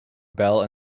belle